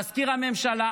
מזכיר הממשלה,